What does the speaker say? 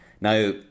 Now